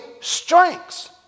strengths